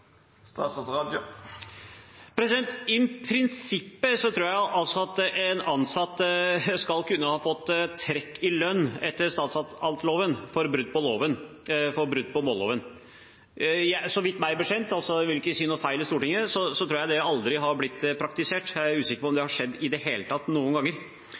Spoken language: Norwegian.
I prinsippet tror jeg at en ansatt etter statsansatteloven skal kunne ha fått trekk i lønn for brudd på målloven. Så vidt meg bekjent – jeg vil ikke si noe feil i Stortinget – har det aldri blitt praktisert. Jeg er usikker på om det i det hele tatt noen